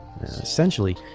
essentially